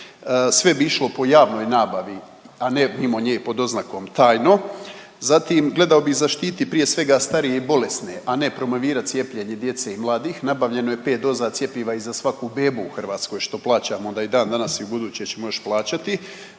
Sve bi išlo po javnoj nabavi, a ne mimo nje pod oznakom tajno. Zatim, gledao bi zaštiti prije svega starije i bolesne, a ne promovirat cijepljenje djece i mladih. Nabavljeno je 5 doza cjepiva i za svaku bebu u Hrvatskoj, što plaćamo onda i dan danas i ubuduće ćemo još plaćati,